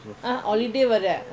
ah holiday வரேன்:varen